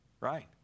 right